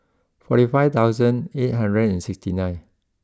fourty five thousand eight hundred sixty nine